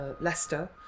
Leicester